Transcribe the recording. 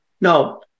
no